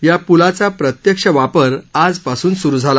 या पुलाचा प्रत्यक्ष वापर आजपासून सुरू झाला